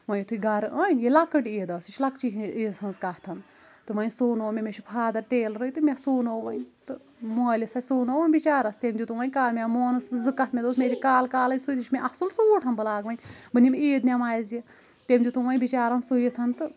وَۄنۍ یُتُھے گَرٕ أنۍ ییٚلہِ لَکٕٹۍ عیٖد ٲس یہِ چھِ لَکچہِ عیٖز ہِنٛز کَتھ تہٕ وۄنۍ سوٗنوو مےٚ مےٚ چُھ فادَر ٹیلرٕے تہٕ مےٚ سوٗنوو وۄنۍ تہٕ مٲلِس اَتھ سوٗنووُم بِچٲرِس تمۍ دِتُم وَۄنۍ کَر مےٚ مونُس نہٕ زٕ کَتھٕ مےٚ دوٚپُس مےٚ دِ کالہٕ کالےٕ سُوِتھ یہِ چُھ مےٚ اصٕل سوٗٹ بہٕ لاگہٕ وۄنۍ بہٕ نِم عیٖد نٮ۪مازِ یہِ تمۍ دِتُم وَۄنۍ بِچارَن سُوِتھ تہٕ